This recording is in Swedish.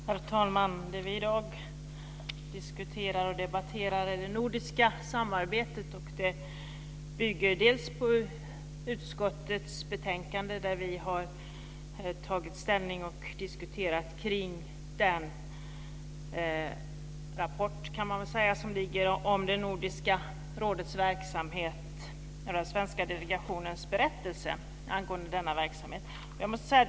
Herr talman! Det som vi i dag diskuterar och debatterar är frågor om det nordiska samarbetet. De bygger delvis på utskottets betänkande, där vi har tagit ställning och diskuterat kring den rapport som finns om den svenska delegationens berättelse angående Nordiska rådets verksamhet.